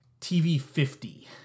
TV50